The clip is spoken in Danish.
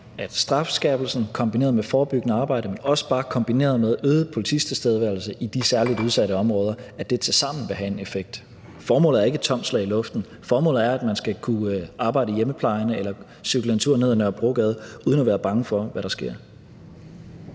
at strafskærpelse kombineret med forebyggende arbejde, også bare kombineret med øget polititilstedeværelse i de særlig udsatte områder, tilsammen vil have en effekt. Formålet er ikke et tomt slag i luften. Formålet er, at man skal kunne arbejde i hjemmeplejen eller cykle en tur ned ad Nørrebrogade uden at være bange for, hvad der sker.